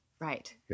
Right